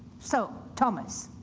so, thomas,